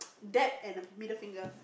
dab and a middle finger